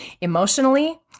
Emotionally